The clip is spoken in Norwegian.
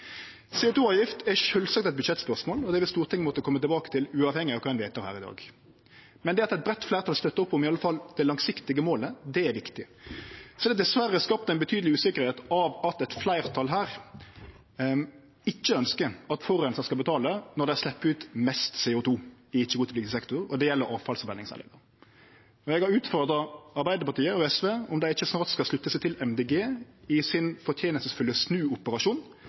er sånn ein bør halde seg til jordbruket. CO 2 -avgift er sjølvsagt eit budsjettspørsmål, og det vil Stortinget måtte kome tilbake til uavhengig av kva ein vedtek her i dag. Men det at eit breitt fleirtal støttar opp om i alle fall det langsiktige målet, er viktig. Så er det dessverre skapt betydeleg usikkerheit av at eit fleirtal her ikkje ønskjer at forureinar skal betale, når dei slepper ut mest CO 2 i ikkje-kvotepliktig sektor, og det gjeld avfallsforbrenningsanlegga. Eg har utfordra Arbeidarpartiet og SV på om dei ikkje snart skal slutte seg til